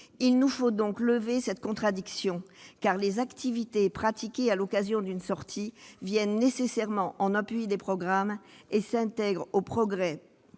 Il nous faut lever cette contradiction, car les activités pratiquées à l'occasion d'une sortie viennent nécessairement en appui des programmes et s'intègrent au projet